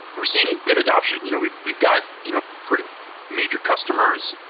we're seeing good adaption. you know we've we've got you know pretty major customers,